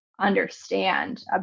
understand